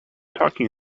talking